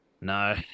No